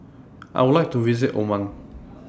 I Would like to visit Oman